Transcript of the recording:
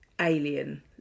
alien